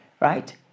right